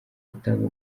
gutanga